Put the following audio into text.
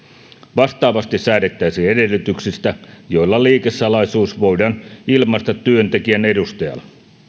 vastaavasti säädettäisiin edellytyksistä joilla liikesalaisuus voidaan ilmaista työntekijän edustajalle